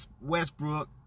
Westbrook